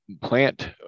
Plant